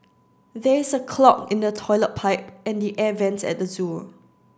there is a clog in the toilet pipe and the air vents at the zoo